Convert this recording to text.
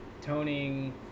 toning